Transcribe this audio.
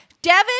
Devin